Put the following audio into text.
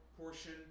portion